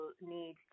need